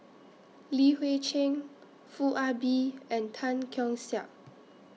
Li Hui Cheng Foo Ah Bee and Tan Keong Saik